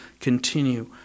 continue